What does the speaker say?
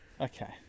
Okay